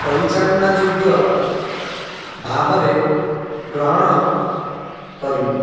ପରିଚାଳନା ଯୋଗ୍ୟ ଭାବରେ ଗ୍ରହଣ କରିବୁ